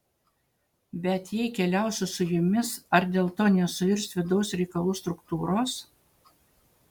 bet jei keliausiu su jumis ar dėl to nesuirs vidaus reikalų struktūros